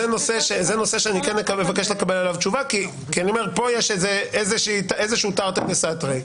זה נושא שאני מבקש לקבל עליו תשובה כי פה יש איזשהו תרתי דסתרי.